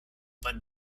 but